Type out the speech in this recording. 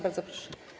Bardzo proszę.